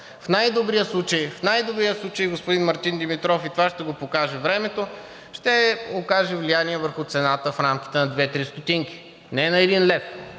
в най-добрия случай, господин Мартин Димитров, и това ще го покаже времето, ще окаже влияние върху цената в рамките на две-три стотинки, не на 1 лв.